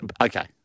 Okay